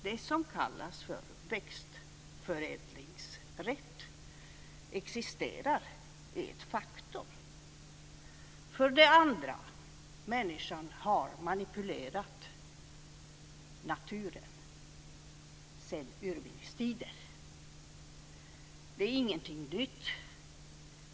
Det som kallas för växtförädlingsrätt existerar och är ett faktum. För det andra har människan manipulerat naturen sedan urminnes tider. Det är ingenting nytt.